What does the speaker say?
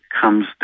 comes